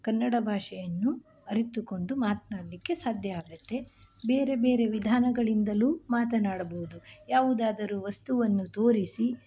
ಕನ್ನಡ ಭಾಷೆಯನ್ನು ಅರಿತುಕೊಂಡು ಮಾತನಾಡಲಿಕ್ಕೆ ಸಾಧ್ಯ ಆಗತ್ತೆ ಬೇರೆ ಬೇರೆ ವಿಧಾನಗಳಿಂದಲೂ ಮಾತನಾಡಬಹುದು ಯಾವುದಾದರೂ ವಸ್ತುವನ್ನು ತೋರಿಸಿ